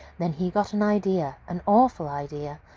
then he got an idea! an awful idea!